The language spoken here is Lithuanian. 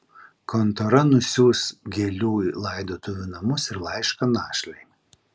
kontora nusiųs gėlių į laidotuvių namus ir laišką našlei